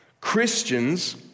Christians